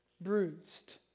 bruised